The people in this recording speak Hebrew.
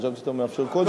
חשבתי שאתה מאפשר קודם.